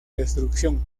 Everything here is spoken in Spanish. destrucción